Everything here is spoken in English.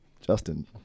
Justin